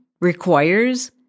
requires